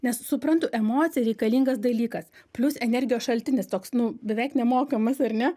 nes suprantu emocija reikalingas dalykas plius energijos šaltinis toks nu beveik nemokamas ar ne